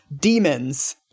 demons